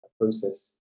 process